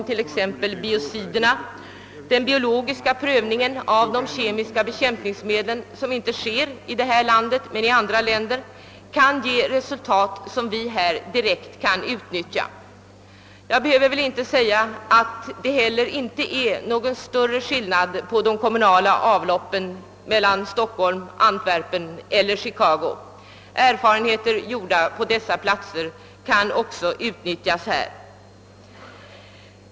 Vi vet att någon biologisk prövning av biocider inte sker i vårt land och att vi direkt kan utnyttja resultaten av sådan prövning i andra länder. Jag behöver väl inte heller påpeka att det inte är någon större skillnad på de kommunala avloppsvattnen i Stockholm, Antwerpen och Chicago. Erfarenheter gjorda i andra länder kan också utnyttjas hos oss.